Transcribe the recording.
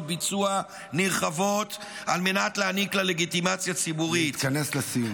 ביצוע נרחבות על מנת להעניק לה לגיטימציה ציבורית -- להתכנס לסיום.